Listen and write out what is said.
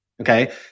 Okay